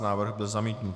Návrh byl zamítnut.